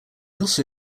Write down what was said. also